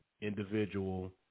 individual